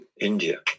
India